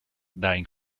dying